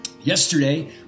Yesterday